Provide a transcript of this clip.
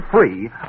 free